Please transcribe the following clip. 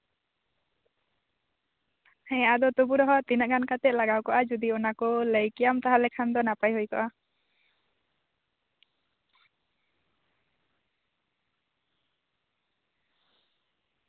ᱦᱮᱸ ᱟᱫᱚ ᱛᱚᱵᱩ ᱨᱮᱦᱚᱸ ᱛᱤᱱᱟᱹᱜ ᱜᱟᱱ ᱠᱟᱛᱮ ᱞᱟᱜᱟᱣ ᱠᱚᱜᱼᱟ ᱡᱩᱫᱤ ᱚᱱᱟ ᱠᱚ ᱞᱟᱹᱭ ᱠᱮᱭᱟᱢ ᱛᱟᱦᱞᱮ ᱠᱷᱚᱱ ᱫᱚ ᱱᱟᱯᱟᱭ ᱦᱩᱭ ᱠᱚᱜᱼᱟ